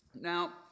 Now